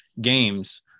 games